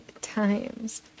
times